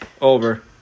Over